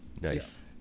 Nice